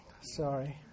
sorry